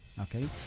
Okay